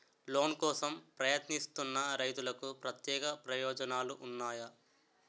Loan కోసం ప్రయత్నిస్తున్న రైతులకు ప్రత్యేక ప్రయోజనాలు ఉన్నాయా?